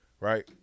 Right